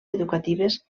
educatives